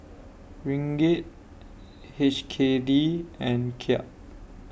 Ringgit H K D and Kyat